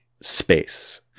space